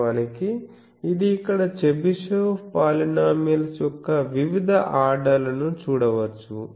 వాస్తవానికి ఇది ఇక్కడ చెబిషెవ్ పాలినోమియల్స్ యొక్క వివిధ ఆర్డర్ లను చూడవచ్చు